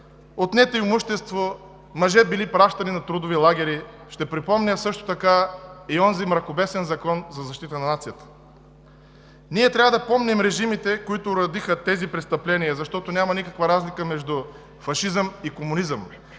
отнето имущество, мъже били пращани на трудови лагери. Ще припомня също така и онзи мракобесен Закон за защита на нацията. Ние трябва да помним режимите, които родиха тези престъпления, защото няма никаква разлика между фашизъм и комунизъм.